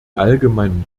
allgemeinen